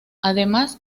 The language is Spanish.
además